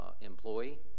employee